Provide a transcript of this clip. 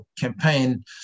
campaign